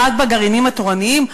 רק בגרעינים התורניים.